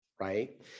right